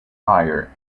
higher